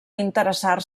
interessar